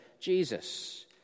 Jesus